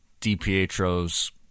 DiPietro's